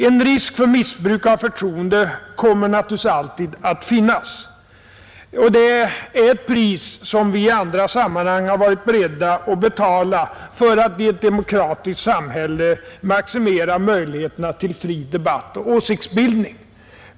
En risk för missbruk av förtroende kommer naturligtvis alltid att finnas, och det är ett pris som vi i andra sammanhang har varit beredda att betala för att i ett demokratiskt samhälle maximera möjligheterna till fri debatt och åsiktsbildning.